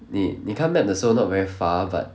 你你看 map 的时候 very far but